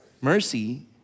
mercy